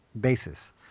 basis